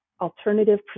alternative